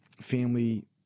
family